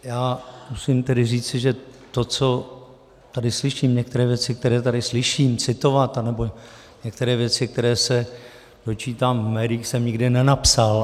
Já musím tedy říci, že to, co tady slyším, některé věci, které tady slyším citovat, anebo některé věci, které se dočítám v médiích, jsem nikdy nenapsal.